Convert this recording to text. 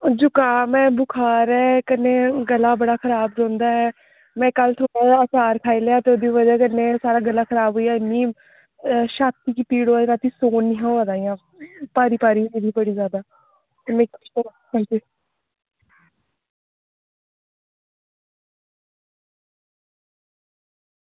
जुकाम ऐ बुखार ऐ कन्नै गला बड़ा खराब ऐ ते में कल्ल अचार खाई लैआ ते ओह्दी बजह कन्नै गला खराब होई गेआ जेह्दी बजह कन्नै इन्नी छाती गी पीड़ ही होआ दी रातीं सौन निं होआ दा हा प्यारी प्यारी बड़ी जादा आं जी